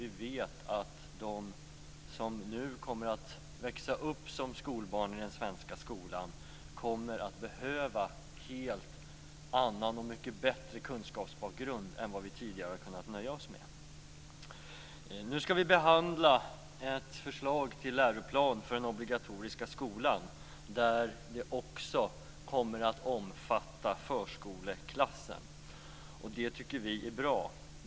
Vi vet också att de som nu kommer att växa upp som skolbarn i den svenska skolan kommer att behöva en helt annan och mycket bättre kunskapsbakgrund än vad vi tidigare har kunnat nöja oss med. Nu skall vi behandla ett förslag till läroplan för den obligatoriska skolan. Den kommer också att omfatta förskoleklassen. Det tycker vi i Centerpartiet är bra.